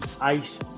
ice